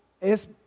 es